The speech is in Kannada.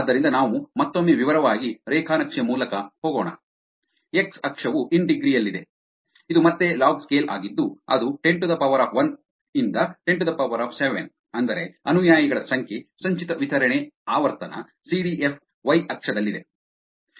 ಆದ್ದರಿಂದ ನಾವು ಮತ್ತೊಮ್ಮೆ ವಿವರವಾಗಿ ರೇಖಾ ನಕ್ಷೆ ಮೂಲಕ ಹೋಗೋಣ ಎಕ್ಸ್ ಅಕ್ಷವು ಇನ್ ಡಿಗ್ರಿ ಯಲ್ಲಿದೆ ಇದು ಮತ್ತೆ ಲಾಗ್ ಸ್ಕೇಲ್ ಆಗಿದ್ದು ಅದು 101 ರಿಂದ 107 ಅಂದರೆ ಅನುಯಾಯಿಗಳ ಸಂಖ್ಯೆ ಸಂಚಿತ ವಿತರಣೆ ಆವರ್ತನ ಸಿಡಿಎಫ್ ವೈ ಅಕ್ಷದಲ್ಲಿದೆ